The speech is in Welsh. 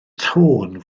tôn